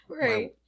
right